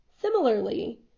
Similarly